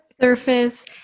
Surface